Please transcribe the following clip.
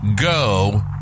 go